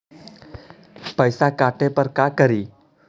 पैसा काटे पर का करि?